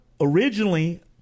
originally